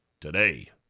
today